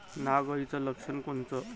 नाग अळीचं लक्षण कोनचं?